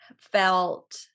felt